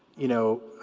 you know